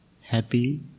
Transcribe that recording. happy